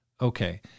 Okay